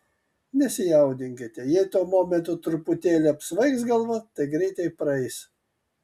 nesijaudinkite jei tuo momentu truputėlį apsvaigs galva tai greitai praeis